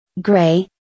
Gray